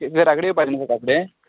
घरा कडेन येवपाचें न्हू सकाळ फुडें